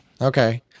okay